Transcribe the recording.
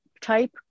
type